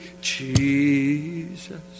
Jesus